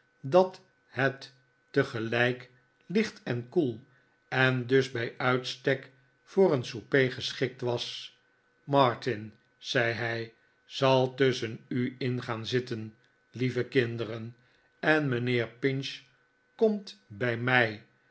dat het tegelijk licht en koel en dus bij uitstek voor een souper geschikt was martin zei hij zal tusschen u in gaan zitten lieve kinderen en mijnheer pinch komt bij mij